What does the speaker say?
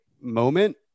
moment